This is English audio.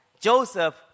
Joseph